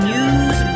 News